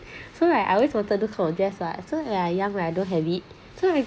so right I always wanted to come to dress up so ya young right I don't have it so I